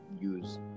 use